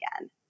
again